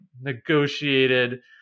negotiated